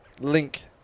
link